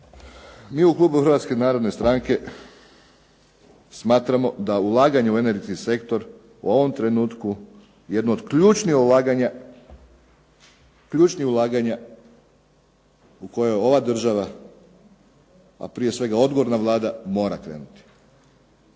Mi u klubu Hrvatske narodne stranke smatramo da ulaganje u energetski sektor u ovom trenutku jedno od ključnih ulaganja u kojoj ova država, a prije svega odgovorna Vlada mora krenuti.